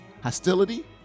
hostility